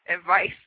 advice